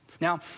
Now